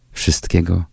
wszystkiego